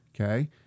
Okay